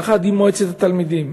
יחד עם מועצת התלמידים,